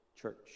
Church